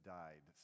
died